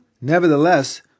nevertheless